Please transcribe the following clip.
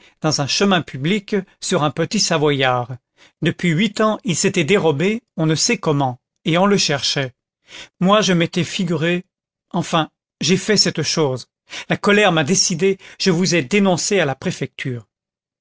dans un chemin public sur un petit savoyard depuis huit ans il s'était dérobé on ne sait comment et on le cherchait moi je m'étais figuré enfin j'ai fait cette chose la colère m'a décidé je vous ai dénoncé à la préfecture